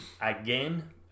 again